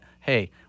hey